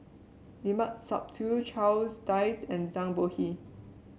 Limat Sabtu Charles Dyce and Zhang Bohe